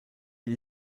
gli